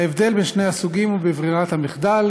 ההבדל בין שני הסוגים הוא בברירת המחדל.